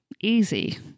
Easy